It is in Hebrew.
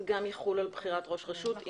זה גם יחול על בחירת ראש רשות.